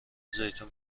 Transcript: زیتون